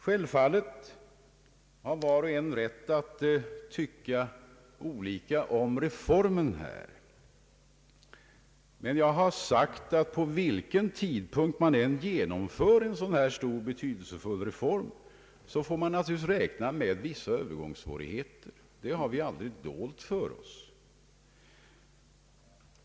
Självfallet har var och en rätt att tycka olika om reformen, Men jag har sagt att vid vilken tidpunkt man än genomför en så stor och betydelsefull reform får man naturligtvis räkna med vissa Öövergångssvårigheter. Det har vi aldrig dolt för oss.